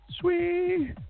Sweet